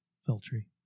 sultry